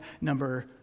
number